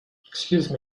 excuse